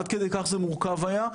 עד כדי כך זה מורכב היה,